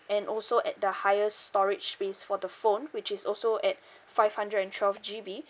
and also at the highest storage space for the phone which is also at five hundred and twelve G_B